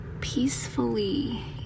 peacefully